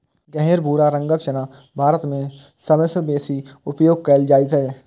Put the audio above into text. गहींर भूरा रंगक चना भारत मे सबसं बेसी उपयोग कैल जाइ छै